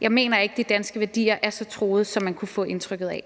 jeg ikke mener, at de danske værdier er så truede, som man kunne få indtrykket af.